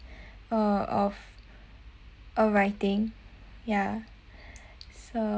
uh of a writing ya so